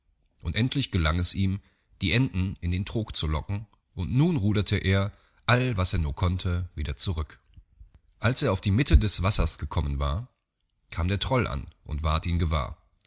und endlich gelang es ihm die enten in den trog zu locken und nun ruderte er all was er nur konnte wieder zurück als er auf die mitte des wassers gekommen war kam der troll an und ward ihn gewahr